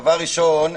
דבר ראשון,